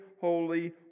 holy